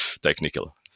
technical